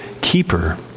keeper